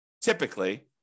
typically